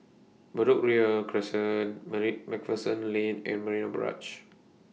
Bedok Ria Crescent Marik MacPherson Lane and Marina Barrage